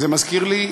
וזה מזכיר לי,